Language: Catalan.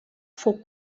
fou